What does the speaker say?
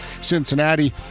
Cincinnati